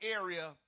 area